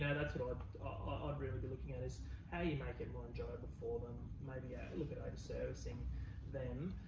yeah that's what i'd ah i'd really be looking at is how do you make it more enjoyable for them? maybe and look at over-servicing them.